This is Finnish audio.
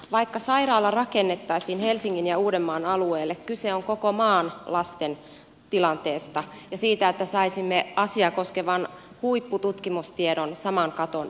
vaikka sairaala rakennettaisiin helsingin ja uudenmaan alueelle kyse on koko maan lasten tilanteesta ja siitä että saisimme asiaa koskevan huippututkimustiedon saman katon alle